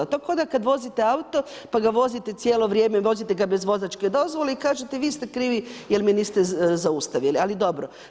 To kao kad vozite auto, pa ga vozite cijelo vrijeme, vozite ga bez vozačke dozvole i kažete vi ste krivi jer me niste zaustavili, ali dobro.